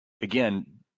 Again